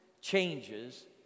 changes